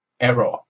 error